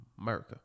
America